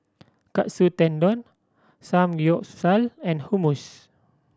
Katsu Tendon Samgyeopsal and Hummus